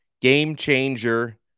game-changer